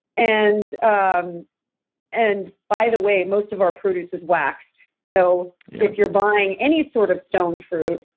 and um and by the way, most of our produce is waxed, so if you're buying any sort of stone fruit,